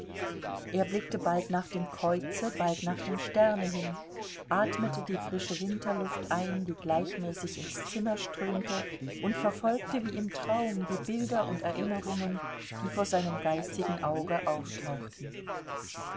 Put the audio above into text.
er blickte bald nach dem kreuze bald nach dem sterne hin atmete die frische winterluft ein die gleichmäßig ins zimmer strömte und verfolgte wie im traum die bilder und erinnerungen die vor seinem geistigen auge auftauchten